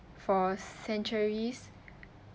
for centuries